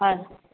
হয়